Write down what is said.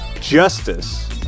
Justice